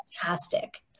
fantastic